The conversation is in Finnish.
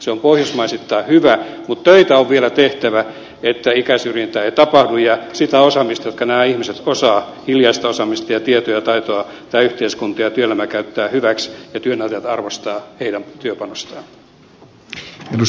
se on pohjoismaisittain hyvä mutta töitä on vielä tehtävä niin että ikäsyrjintää ei tapahdu ja sitä osaamista joka näillä ihmisillä on hiljaista osaamista ja tietoa ja taitoa tämä yhteiskunta ja työelämä käyttää hyväksi ja työnantajat arvostavat heidän työpanostaan